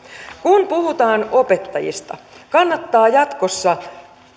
kun puhutaan opettajista kannattaa jatkossa